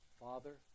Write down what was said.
Father